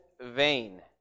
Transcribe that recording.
vain